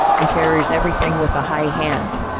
and carries everything with a high hand.